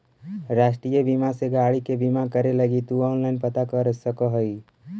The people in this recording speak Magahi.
राष्ट्रीय बीमा से गाड़ी के बीमा करे लगी तु ऑनलाइन पता कर सकऽ ह